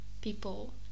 people